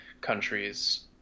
countries